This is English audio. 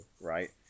Right